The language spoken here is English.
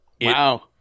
Wow